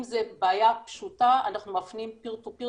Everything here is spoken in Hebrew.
אם זה בעיה פשוטה אנחנו מפנים לפתרון pear2pear